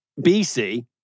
BC